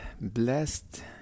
blessed